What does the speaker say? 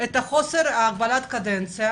את חוסר הגבלת הקדנציה